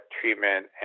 treatment